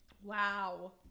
Wow